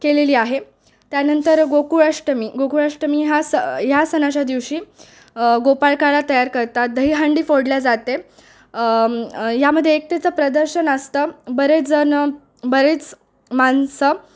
केलेली आहे त्यानंतर गोकुळाष्टमी गोकुळाष्टमी ह्या सण ह्या सणाच्या दिवशी गोपाळकाळा तयार करतात दहीहांडी फोडली जाते यामध्ये एक त्याचं प्रदर्शन असतं बरेच जणं बरेच माणसं